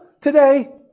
today